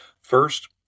First